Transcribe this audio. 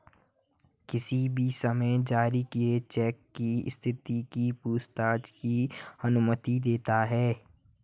किसी भी समय जारी किए चेक की स्थिति की पूछताछ की अनुमति देता है